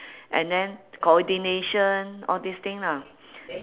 and then coordination all these thing lah